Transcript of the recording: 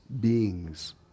beings